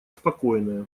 спокойная